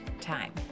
time